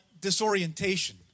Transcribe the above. disorientation